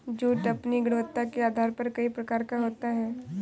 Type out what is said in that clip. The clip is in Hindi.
जूट अपनी गुणवत्ता के आधार पर कई प्रकार का होता है